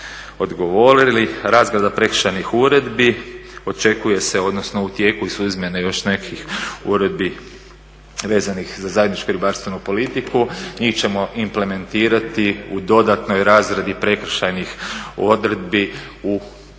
odgovorili. Razrada prekršajnih uredbi očekuje se odnosno u tijeku su izmjene još nekih uredbi vezanih za zajedničku ribarstvenu politiku. Njih ćemo implementirati u dodatnoj razradi prekršajnih u idućoj